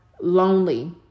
lonely